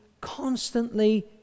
constantly